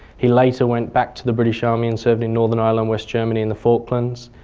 he later went back to the british army and served in northern ireland, west germany and the falklands.